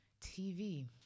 TV